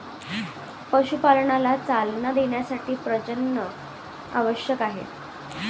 पशुपालनाला चालना देण्यासाठी प्रजनन आवश्यक आहे